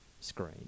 screen